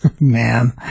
Man